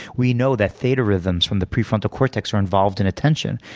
we know that theta rhythms from the prefrontal cortex are involved in attention.